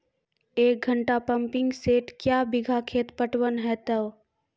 एक घंटा pumping set क्या बीघा खेत पटवन है तो?